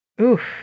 Oof